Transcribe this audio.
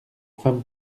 femme